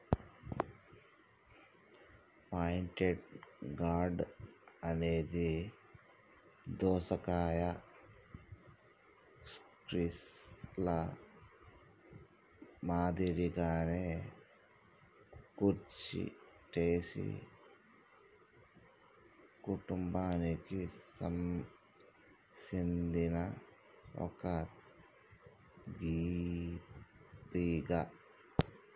pointed gourd అనేది దోసకాయ, squash ల మాదిరిగానే కుకుర్చిటేసి కుటుంబానికి సెందిన ఒక తీగ